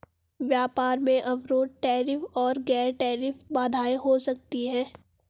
व्यापार में अवरोध टैरिफ और गैर टैरिफ बाधाएं हो सकती हैं